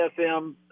FM